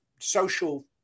social